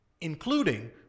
including